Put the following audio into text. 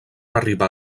arribar